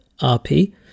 rp